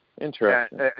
Interesting